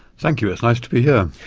thank you, it's nice to be here.